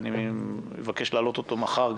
אבקש להעלות אותו מחר,